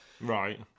right